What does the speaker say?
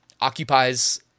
occupies